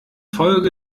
folge